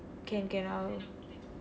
can can I will